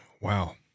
Wow